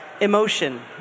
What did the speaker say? emotion